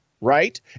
right